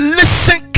listen